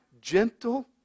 gentle